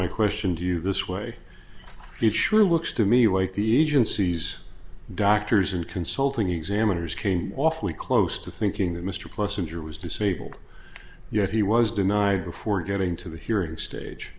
my question to you this way it sure looks to me wait the agencies doctors and consulting examiners came awfully close to thinking that mr close injury was disabled yet he was denied before getting to the hearing